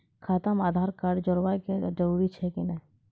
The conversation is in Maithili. खाता म आधार कार्ड जोड़वा के जरूरी छै कि नैय?